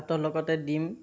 ভাতৰ লগতে ডীম